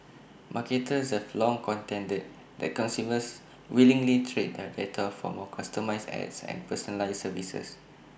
marketers have long contended that consumers willingly trade their data for more customised ads and personalised services